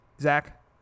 zach